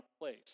place